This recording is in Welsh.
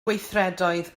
gweithredoedd